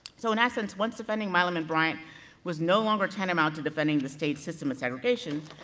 so in essence, once defending milam and bryant was no longer tantamount to defending the state system of segregation,